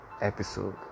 episode